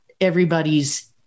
everybody's